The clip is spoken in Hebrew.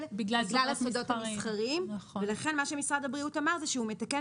בגלל הסודות המסחריים ולכן מה שמשרד הבריאות אמר זה שהוא מתקן